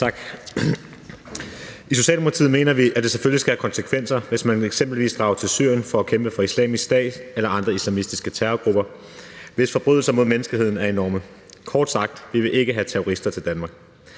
I Socialdemokratiet mener vi, at det selvfølgelig skal have konsekvenser, hvis man eksempelvis drager til Syrien for at kæmpe for Islamisk Stat eller andre islamistiske terrorgrupper, hvis forbrydelser mod menneskeheden er enorme. Kort sagt: Vi vil ikke have terrorister til Danmark.